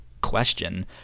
question